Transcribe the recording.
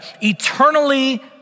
eternally